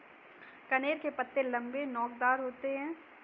कनेर के पत्ते लम्बे, नोकदार होते हैं